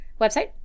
Website